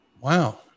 Wow